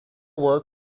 work